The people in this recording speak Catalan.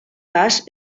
pas